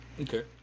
Okay